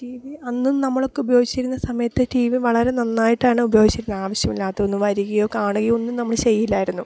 T V അന്നും നമ്മളൊക്കെ ഉപയോഗിച്ചിരുന്ന സമയത്ത് ടി വി വളരെ നന്നായിട്ടാണ് ഉപയോഗിച്ചിരുന്നത് ആവശ്യമില്ലാത്തതൊന്നും വരികയോ കാണുകയോ ഒന്നും നമ്മള് ചെയ്യില്ലായിരുന്നു